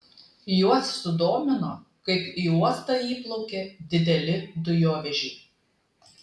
juos sudomino kaip į uostą įplaukia dideli dujovežiai